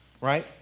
right